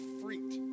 freaked